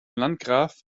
landgraf